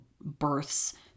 births